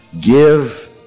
Give